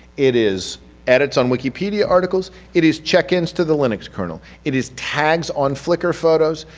it is edits on wikipedia articles, it is checkins to the linux kernel, it is tags on flickr photos,